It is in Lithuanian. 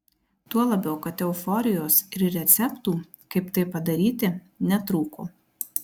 tuo labiau kad euforijos ir receptų kaip tai padaryti netrūko